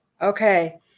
Okay